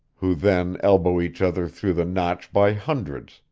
who then elbow each other through the notch by hundreds,